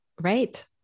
Right